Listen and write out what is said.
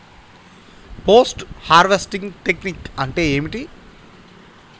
Post harvesting technique అంటే ఏమిటీ?